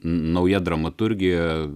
nauja dramaturgija